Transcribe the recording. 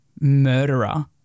murderer